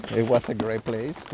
it was a great place to